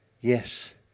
Yes